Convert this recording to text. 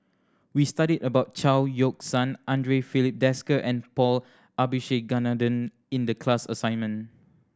we studied about Chao Yoke San Andre Filipe Desker and Paul Abisheganaden in the class assignment